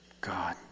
God